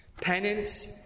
Penance